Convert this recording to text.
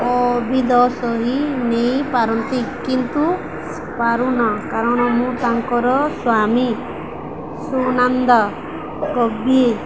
କ ବି ଦ ସହି ନେଇପାରନ୍ତି କିନ୍ତୁ ପାରୁନା କାରଣ ମୁଁ ତାଙ୍କର ସ୍ୱାମୀ ସୁନନ୍ଦ କବି